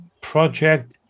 project